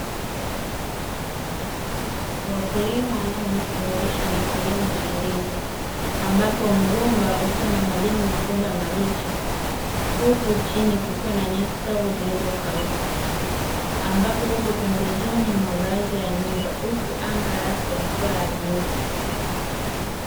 Wakulima wanaojishughulisha na kilimo cha ndizi ambapo mgomba ukiwa na majani makubwa mabichi, huku chini kukiwa na nyasi kavu zilizokauka, ambapo uko pembezoni mwa baadhi ya nyumba huku anga lake likiwa la bluu.